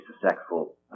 successful